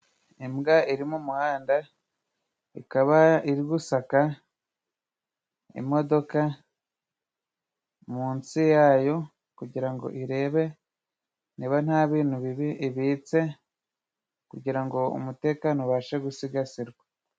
Imbwa iri mu muhanda, ikaba iri gusaka imodoka mu nsi yayo kugira ngo irebe niba nta bintu bibi ibitse kugira ngo umutekano ubashe gusigasirwa.